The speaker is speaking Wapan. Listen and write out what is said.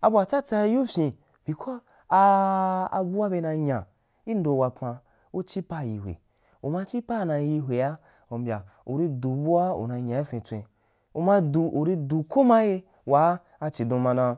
abu watsatsa i yiu fyin bcos ah ah abua be nai nya inllo wapanu chipaa na yihwe uma chipaa na yihwe umbya uri du bua una nya ifin wumbya uri du bua ma nga ifin tswen uri du komaye waa a chidon ma dan